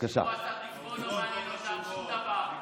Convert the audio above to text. שום דבר לא מעניין אותם, שום דבר.